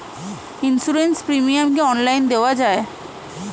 Insurance premium কি online দেওয়া যায়?